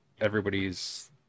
everybody's